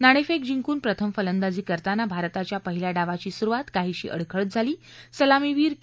नाणेफेक जिंकून प्रथम फलंदाजी करताना भारताच्या पहिल्या डावाची सुरुवात काहीशी अडखळत झाली सलामीवीर के